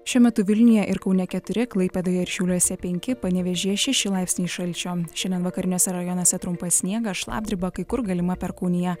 šiuo metu vilniuje ir kaune keturi klaipėdoje ir šiauliuose penki panevėžyje šeši laipsniai šalčio šiandien vakariniuose rajonuose trumpas sniegas šlapdriba kai kur galima perkūnija